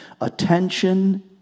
attention